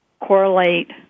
correlate